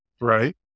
right